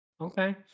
Okay